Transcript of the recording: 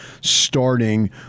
starting